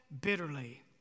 bitterly